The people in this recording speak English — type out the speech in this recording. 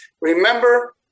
remember